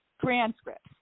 transcripts